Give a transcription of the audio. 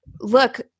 Look